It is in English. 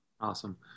Awesome